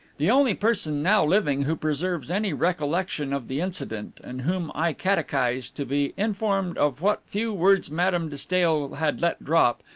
the only person now living who preserves any recollection of the incident, and whom i catechised to be informed of what few words madame de stael had let drop,